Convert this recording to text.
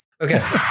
Okay